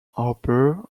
harper